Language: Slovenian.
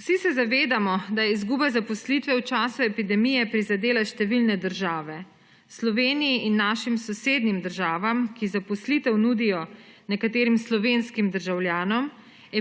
Vsi se zavedamo, da je izguba zaposlitve v času epidemije prizadela številne države. Sloveniji in našim sosednjim državam, ki zaposlitev nudijo nekaterim slovenskim državljanom,